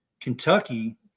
Kentucky